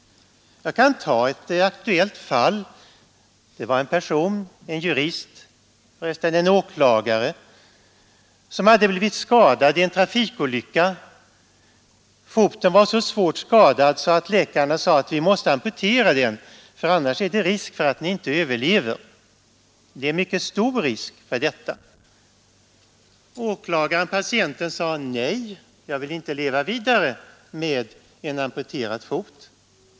Jag kan ta ett aktuellt fall. En jurist, en åklagare, hade blivit skadad i en trafikolycka. Foten var så svårt skadad att läkarna sade att de måste amputera den. Annars var det stor risk för att patienten inte skulle överleva. Åklagaren-patienten sade nej. Han ville inte leva vidare med en amputerad fot.